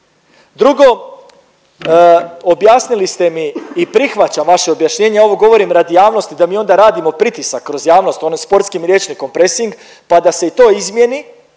Drugo, objasnili ste mi i prihvaćam vaše objašnjenje, ovo govorim radi javnosti da mi onda radimo pritisak kroz javnost ono sportskim rječnikom presing pa da se i to izmijeni